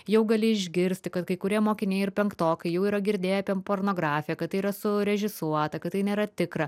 jau gali išgirsti kad kai kurie mokiniai ir penktokai jau yra girdėję apie pornografiją kad tai yra surežisuota kad tai nėra tikra